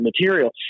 material